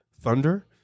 Thunder